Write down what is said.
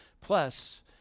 plus